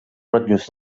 rotllos